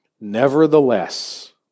Nevertheless